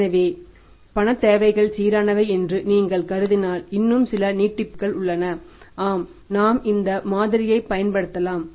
எனவே பணத் தேவைகள் சீரானவை என்று நீங்கள் கருதினால் இன்னும் சில நீட்டிப்புகள் உள்ளன ஆம் நாம் இந்த மாதிரியைப் பயன்படுத்தலாம்